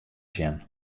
sjen